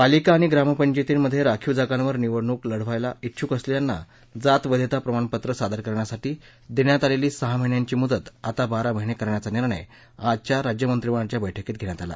पालिका आणि ग्रामपंचयतींमध्ये राखीव जागांवर निवडणुक लढवण्यास उछ्क असलेल्यांना जात वघ्मा प्रमाणपत्र सादर करण्यासाठी देण्यात आलेली सहा महिन्यांची मुदत आता बारा महिने करण्याचा निर्णय आज राज्यमंत्रीमंडळाच्या बस्कीत घेण्यात आला